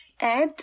add